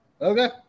okay